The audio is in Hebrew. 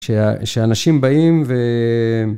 כשאנשים באים ו...